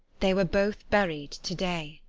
they were both buried to-day.